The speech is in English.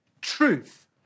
truth